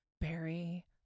Barry